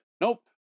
nope